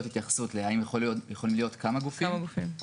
התייחסות לאם יכולים להיות כמה גופים.